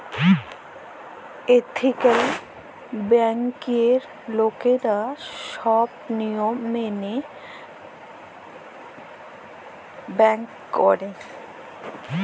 ethical ব্যাংকিংয়ে ছব লকগিলা লিয়ম মালে ব্যাংক ক্যরে